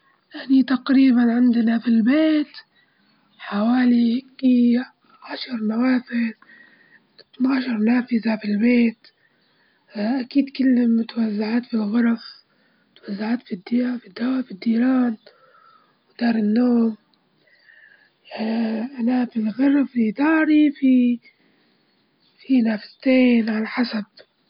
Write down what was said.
نا عندي حوالي من سبع أزواج أحذية بالنسبة لل للقبعات عندي تلاتة أما النظارات الشمسية انا عندي ممكن اتنين بس لكن الكنادر وعندي سبعة.